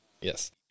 Yes